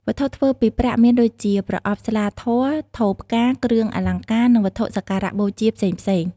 វត្ថុធ្វើពីប្រាក់មានដូចជា ប្រអប់ស្លាធម៌ ថូផ្កា គ្រឿងអលង្ការ និង វត្ថុសក្ការៈបូជា ផ្សេងៗ។